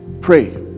Pray